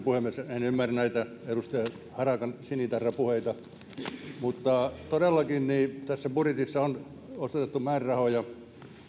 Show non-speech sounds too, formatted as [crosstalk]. [unintelligible] puhemies en ymmärrä näitä edustaja harakan sinitarrapuheita mutta todellakin tässä budjetissa on osoitettu määrärahoja